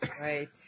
Right